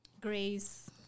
Grace